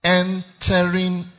entering